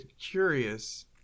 curious